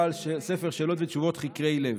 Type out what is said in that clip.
בעל ספר שאלות ותשובות "חקרי לב".